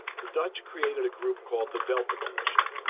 the dutch created a group called the delta commission.